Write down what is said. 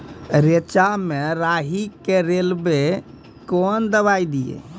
रेचा मे राही के रेलवे कन दवाई दीय?